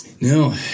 No